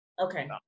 Okay